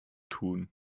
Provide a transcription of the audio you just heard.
tun